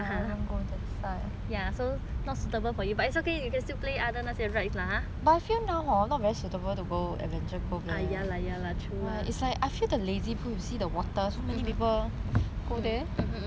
not suitable for you but it's okay you can still play other 那些 rides lah ya lah ya lah true lah